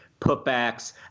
putbacks